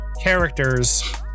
characters